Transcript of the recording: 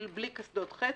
בלי קסדות חצי,